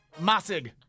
Masig